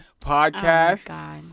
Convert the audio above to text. podcast